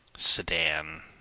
Sedan